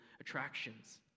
attractions